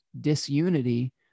disunity